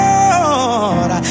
Lord